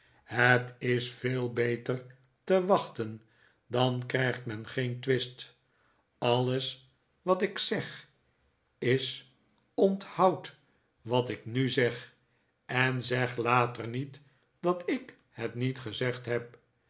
het is veel beter te wachten dan krijgt men geen twist alles wat ik zeg is onthoud wat ik nu zeg en zeg later niet dat ik het niet gezegd heb